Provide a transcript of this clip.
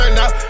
now